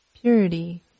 purity